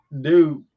dude